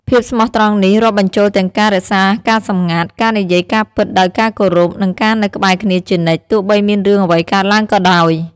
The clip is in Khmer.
ភាពស្មោះត្រង់នេះរាប់បញ្ចូលទាំងការរក្សាការសម្ងាត់ ការនិយាយការពិតដោយការគោរព និងការនៅក្បែរគ្នាជានិច្ច ទោះបីមានរឿងអ្វីកើតឡើងក៏ដោយ។